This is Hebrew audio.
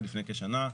לפני כשנה,